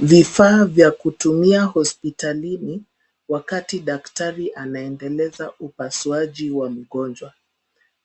Vifaa vya kutumia hospitalini wakati daktari anaendeleza upasuaji wa mgonjwa.